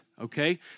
okay